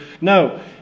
No